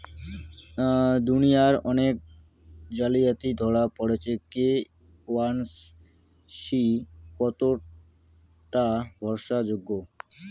দুনিয়ায় অনেক জালিয়াতি ধরা পরেছে কে.ওয়াই.সি কতোটা ভরসা যোগ্য?